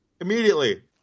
immediately